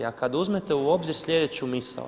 A kad uzmete u obzir sljedeću misao.